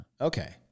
Okay